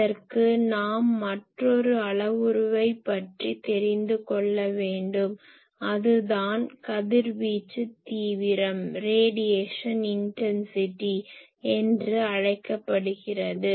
அதற்கு நாம் மற்றொரு அளவுருவைப் பற்றித் தெரிந்து கொள்ள வேண்டும் அது தான் கதிர்வீச்சு தீவிரம் என்று அழைக்கப்படுகிறது